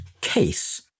case